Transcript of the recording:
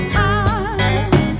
time